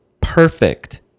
perfect